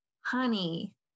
honey